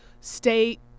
state